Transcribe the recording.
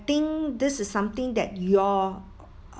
think this is something that your